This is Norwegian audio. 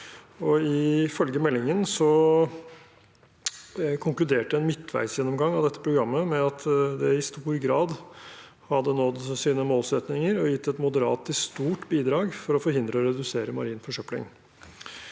Ifølge meldingen konkluderte en midtveisgjennomgang av dette programmet med at det i stor grad hadde nådd sine målsettinger og gitt et moderat til stort bidrag for å forhindre og redusere marin forsøpling.